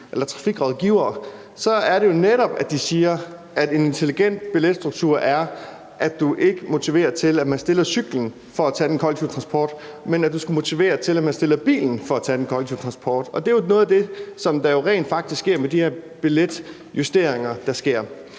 på trafikrådgiverne, siger de jo netop også, at en intelligent billetstruktur ikke er, at du motiverer til, at man stiller cyklen for at tage den kollektive transport, men at du skal motivere til, at man stiller bilen for at tage den kollektive transport. Og det er jo rent faktisk noget af det, der sker med de billetjusteringer, der sker.